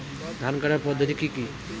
ধান কাটার পদ্ধতি কি কি?